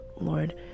Lord